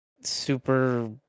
super